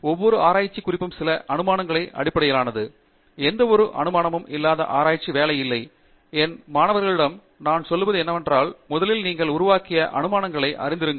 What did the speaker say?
ஒவ்வொரு ஆராய்ச்சிக் குறிப்பும் சில அனுமானங்களின் அடிப்படையிலானது எந்தவொரு அனுமானமும் இல்லாத ஆராய்ச்சி வேலை இல்லை என் மாணவர்களிடம் நான் சொல்வது என்னவென்றால் முதலில் நீங்கள் உருவாக்கிய ஊகங்களை அறிந்திருங்கள்